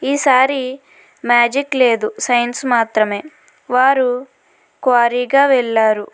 ఈసారి మ్యాజిక్ లేదు సైన్స్ మాత్రమే వారు క్వారీగా వెళ్ళారు